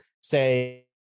say